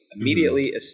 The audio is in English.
immediately